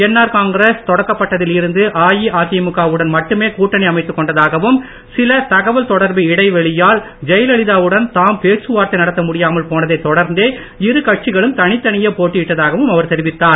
NR Congress தொடக்கப்பட்டதில் இருந்து அஇஅதிமுக வுடன் மட்டுமே கூட்டணி அமைத்துக் கொண்டதாகவும் சில தகவல் தொடர்பு இடைவெளியால் ஜெயல்லிதா வுடன் தாம் பேச்சுவார்த்தை நடத்த முடியாமல் போனதைத் தொடர்ந்தே இரு கட்சிகளம் தனித்தனியே போட்டியிட்டதாகவும் அவர் தெரிவித்தார்